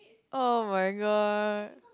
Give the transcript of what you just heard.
[oh]-my-god